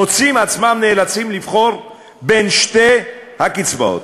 מוצאים עצמם נאלצים לבחור בין שתי הקצבאות.